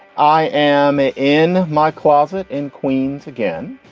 i am in my closet in queens again.